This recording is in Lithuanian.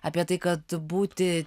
apie tai kad būti